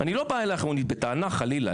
אני לא בא אליך בטענה אישית חלילה.